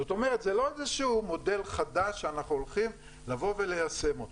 זאת אומרת זה לא איזה שהוא מודל חדש שאנחנו הולכים ליישם אותו.